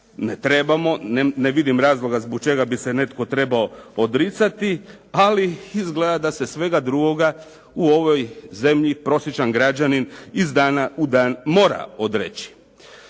Ne trebamo, ne vidim razloga zbog čega bi se netko trebao odricati, ali izgleda da se svega drugoga u ovoj zemlji prosječan građanin iz dana u dan mora odreći.